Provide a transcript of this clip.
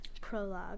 prologue